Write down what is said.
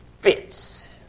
fits